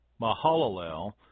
Mahalalel